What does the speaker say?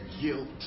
guilt